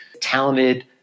talented